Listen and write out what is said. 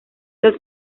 los